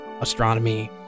astronomy